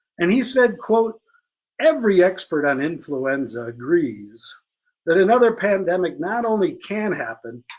and he said, every expert on influenza agrees that another pandemic not only can happen,